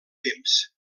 temps